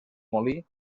molí